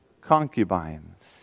concubines